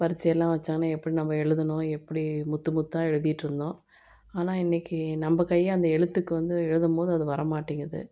பரிட்சையெல்லாம் வச்சாங்கன்னா எப்படி நம்ப எழுதணும் எப்படி முத்து முத்தாக எழுதிகிட்டு இருந்தோம் ஆனால் இன்னைக்கு நம்ப கையே அந்த எழுத்துக்கு வந்து எழுதும் போது அது வர மாட்டிங்கிது